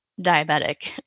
diabetic